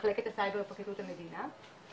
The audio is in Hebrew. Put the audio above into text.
ממחלקת הסייבר בפרקליטות המדינה.